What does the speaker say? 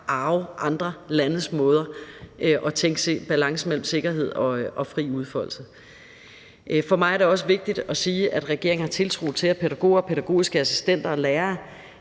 arve andre landes måder at tænke balancen mellem sikkerhed og fri udfoldelse på. For mig er det også vigtigt at sige, at regeringen har tiltro til, at pædagogerne, de pædagogiske assistenter og lærerne